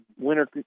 winter